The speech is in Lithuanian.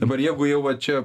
dabar jeigu jau va čia